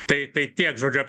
tai tai tiek žodžiu